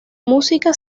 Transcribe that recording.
música